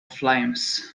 flames